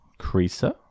Creaser